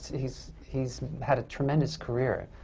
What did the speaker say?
he's he's had a tremendous career.